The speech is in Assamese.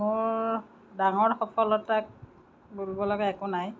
মোৰ ডাঙৰ সফলতাক বুলিব লগা একো নাই